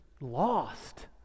lost